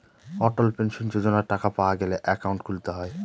অটল pension যোজনার টাকা পাওয়া গেলে একাউন্ট খুলতে হয়